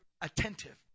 attentive